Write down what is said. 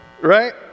right